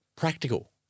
Practical